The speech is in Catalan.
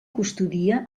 custodia